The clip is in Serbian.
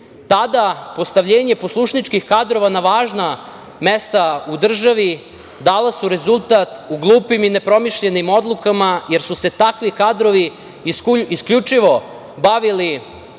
Tada postavljenje poslušničkih kadrova na važna mesta u državi dala su rezultat u glupim i nepromišljenim odlukama, jer su se takvi kadrovi isključivo bavili